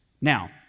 Now